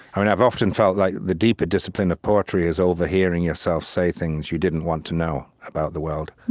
and i've often felt like the deeper discipline of poetry is overhearing yourself say things you didn't want to know about the world,